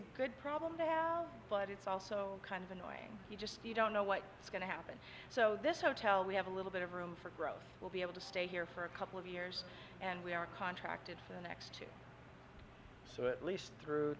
a good problem to have but it's also kind of annoying you just you don't know what's going to happen so this hotel we have a little bit of room for growth we'll be able to stay here for a couple of years and we are contracted for the next two so at least through